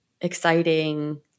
exciting